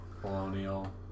Colonial